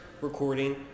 recording